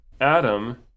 Adam